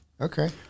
Okay